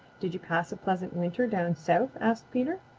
did you pass a pleasant winter down south? asked peter.